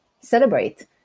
celebrate